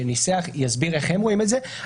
שניסח את ההצעה, יסביר איך הוא רואה את זה.